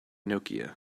nokia